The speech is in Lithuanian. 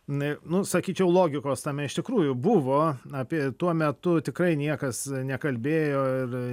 n na sakyčiau logikos tame iš tikrųjų buvo apie tuo metu tikrai niekas nekalbėjo ir